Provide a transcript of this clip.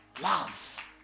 Love